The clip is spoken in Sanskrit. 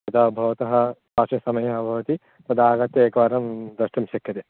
यदा भवतः पार्श्वे समयः भवति तदा आगत्य एकवारं द्रष्टुं शक्यते